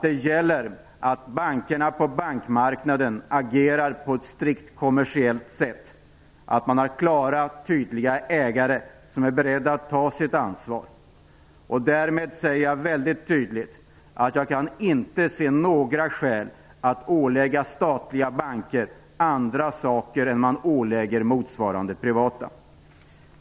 Det gäller för bankerna på bankmarknaden att agera på ett strikt kommersiellt sätt och att de skall ha klara och tydliga ägare, som är beredda att ta sitt ansvar. Jag säger därmed väldigt tydligt att jag inte kan se några skäl att ålägga statliga banker andra saker än vad man ålägger motsvarande privata.